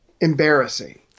embarrassing